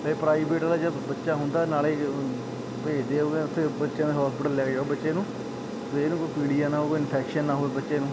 ਹਜੇ ਪ੍ਰਾਈਵੇਟ ਵਾਲਾ ਜੇ ਬੱਚਾ ਹੁੰਦਾ ਨਾਲੇ ਉਹ ਭੇਜਦੇ ਹੈਗੇ ਉੱਥੇ ਬੱਚਿਆਂ ਦੇ ਹੋਸਪੀਟਲ ਲੈ ਕੇ ਜਾਓ ਬੱਚੇ ਨੂੰ ਵੀ ਇਹਨੂੰ ਕੋਈ ਪੀਲੀਆ ਨਾ ਹੋਵੇ ਇਨਫੈਕਸ਼ਨ ਨਾ ਹੋਵੇ ਬੱਚੇ ਨੂੰ